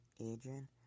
Adrian